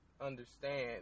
understand